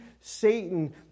Satan